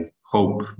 hope